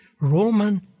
Roman